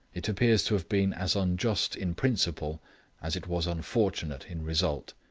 it appears to have been as unjust in principle as it was unfortunate in result.